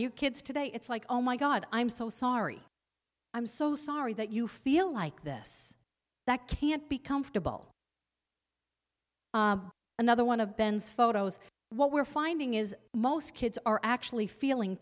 you kids today it's like oh my god i'm so sorry i'm so sorry that you feel like this that can't be comfortable another one of ben's photos what we're finding is most kids are actually feeling